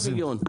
600 מיליון.